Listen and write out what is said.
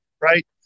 right